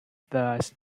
thus